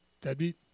Deadbeat